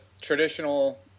traditional –